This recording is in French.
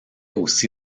aussi